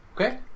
Okay